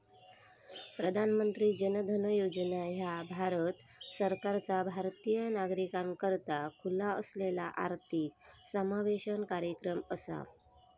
प्रधानमंत्री जन धन योजना ह्या भारत सरकारचा भारतीय नागरिकाकरता खुला असलेला आर्थिक समावेशन कार्यक्रम असा